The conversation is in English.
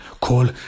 call